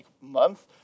month